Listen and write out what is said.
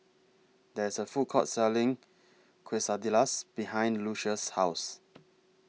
There IS A Food Court Selling Quesadillas behind Lucious' House